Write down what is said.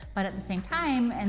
but at the same time, and